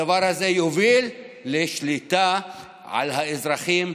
הדבר הזה יוביל לשליטה על האזרחים,